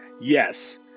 yes